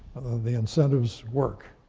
the incentives work.